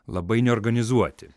labai neorganizuoti